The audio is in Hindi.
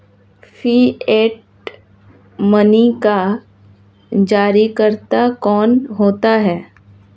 फिएट मनी का जारीकर्ता कौन होता है?